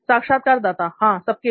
साक्षात्कारदाता हां सबके लिए